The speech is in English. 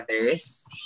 others